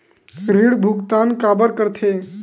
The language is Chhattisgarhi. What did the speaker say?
ऋण भुक्तान काबर कर थे?